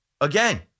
Again